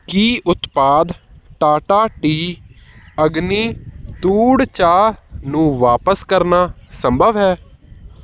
ਕੀ ਉਤਪਾਦ ਟਾਟਾ ਟੀ ਅਗਨੀ ਧੂੜ ਚਾਹ ਨੂੰ ਵਾਪਸ ਕਰਨਾ ਸੰਭਵ ਹੈ